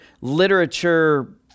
literature